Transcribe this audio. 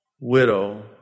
widow